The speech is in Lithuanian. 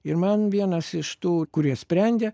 ir man vienas iš tų kurie sprendė